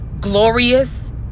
glorious